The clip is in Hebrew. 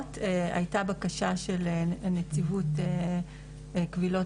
המוקדמות הייתה בקשה של נציבות קבילות